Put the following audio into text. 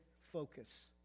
focus